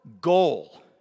goal